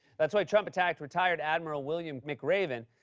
that's why trump attacked retired admiral william mcraven,